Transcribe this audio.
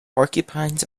porcupines